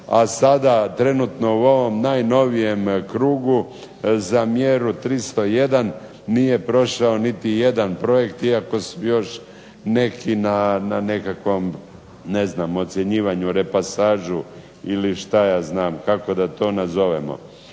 a sada trenutno u ovom najnovijem krugu za mjeru 301 nije prošao niti jedan projekt iako su još neki na nekakvom ocjenjivanju, repasažu ili kako da to nazovemo.